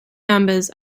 numbers